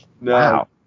wow